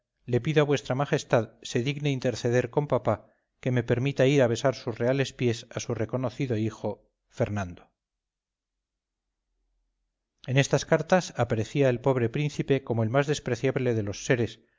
le pido a v m se digne interceder con papá que me permita ir a besar sus reales pies a su reconocido hijo fernando en estas cartas aparecía el pobre príncipe como el más despreciable de los seres